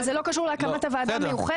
אבל זה לא קשור להקמת הוועדה המיוחדת.